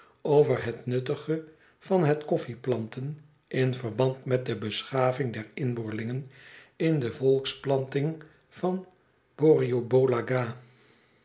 over het nuttige van het koffioplantcn in verband met de beschaving der inboorlingen in de volksplanting van borrioboola gha dit